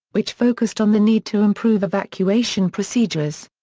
which focused on the need to improve evacuation procedures.